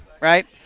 right